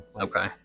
Okay